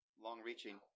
long-reaching